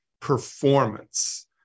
performance